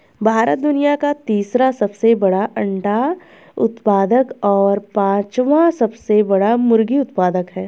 भारत दुनिया का तीसरा सबसे बड़ा अंडा उत्पादक और पांचवां सबसे बड़ा मुर्गी उत्पादक है